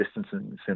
distancing